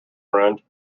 friend